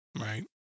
right